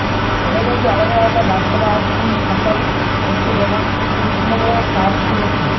অনেক রাজ্যে আলাদা আলাদা গাছপালা আর ফুল ফসল হচ্ছে যেমন পশ্চিমবাংলায় কাশ ফুল হচ্ছে